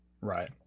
Right